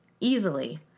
easily